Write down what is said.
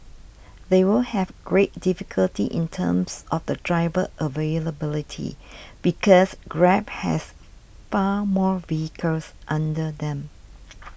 they will have great difficulty in terms of the driver availability because Grab has far more vehicles under them